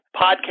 podcast